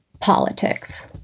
politics